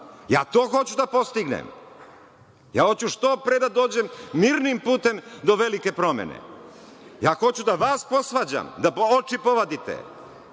Ja to hoću da postignem. Ja hoću što pre da dođem mirnim putem do velike promene. Ja hoću da vas posvađam, da oči povadite.